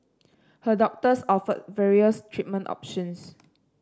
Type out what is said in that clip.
her doctors offered various treatment options